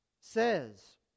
says